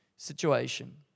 situation